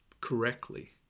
correctly